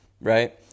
right